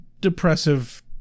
depressive